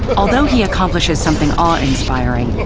although he accomplishes something awe-inspiring,